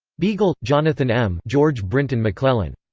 beagle, jonathan m. george brinton mcclellan.